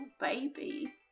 baby